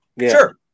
Sure